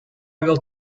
will